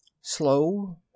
slow